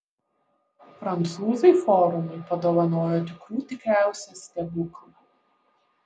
prancūzai forumui padovanojo tikrų tikriausią stebuklą